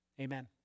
Amen